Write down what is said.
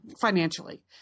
financially